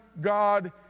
God